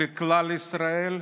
לכלל ישראל,